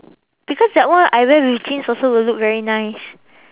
because that one I wear with jeans also will look very nice